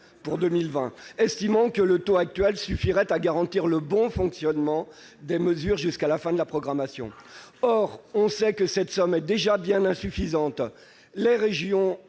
pour 2020, estimant que le taux actuel suffirait à garantir le bon financement des mesures jusqu'à la fin de la programmation. Or on sait que cette somme est bien insuffisante : les régions